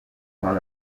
par